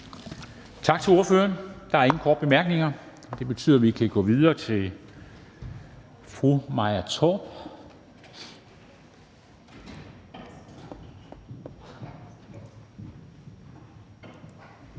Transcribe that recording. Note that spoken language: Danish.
Tak til ordføreren. Der er ingen korte bemærkninger, og det betyder, at vi kan gå videre til fru Maja Torp,